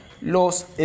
los